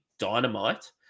Dynamite